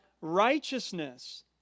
righteousness